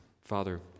Father